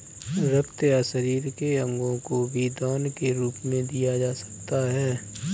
रक्त या शरीर के अंगों को भी दान के रूप में दिया जा सकता है